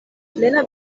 plena